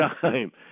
time